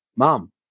mom